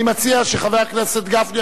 אני מציע שחבר הכנסת גפני,